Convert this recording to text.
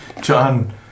John